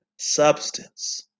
substance